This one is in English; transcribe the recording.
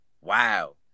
wow